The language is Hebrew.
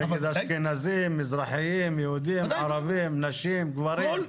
נגד אשכנזים, מזרחים, יהודים, ערבים, נשים, גברים.